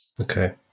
Okay